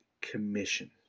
Commission